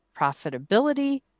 Profitability